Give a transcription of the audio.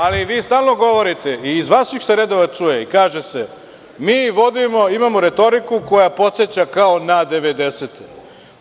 Ali, vi stalno govorite, i iz vaših se redova čuje, i kaže se – mi imamo retoriku koja podseća kao na 90-te.